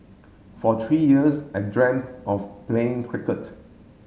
for three years I dreamt of playing cricket